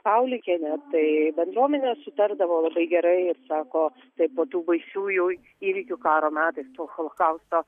paulikienė tai bendruomenės sutardavo labai gerai ir sako tai po tų baisiųjų įvykių karo metais po holokausto